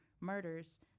murders